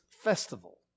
festival